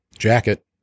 jacket